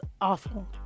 awful